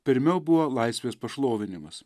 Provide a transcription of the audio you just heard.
pirmiau buvo laisvės pašlovinimas